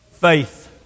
Faith